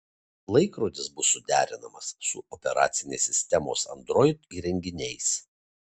laikrodis bus suderinamas su operacinės sistemos android įrenginiais